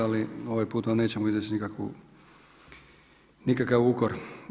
Ali ovaj put vam nećemo izreći nikakav ukor.